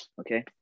okay